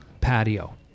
patio